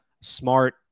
smart